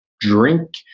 drink